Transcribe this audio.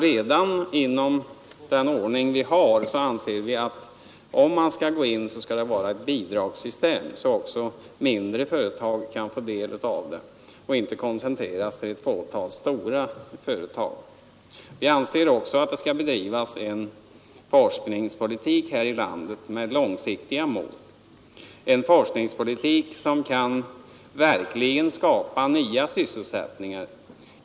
Redan med den ordning vi har anser vi att om man skall gå in så skall det vara med ett bidragssystem så att också mindre företag kan få del av det och så att man inte koncentrerar sig på ett fåtal stora företag. Vi anser också att det skall bedrivas en forskningspolitik här i landet med långsiktiga mål — en forskningspolitik som verkligen kan skapa nya sysselsättningar.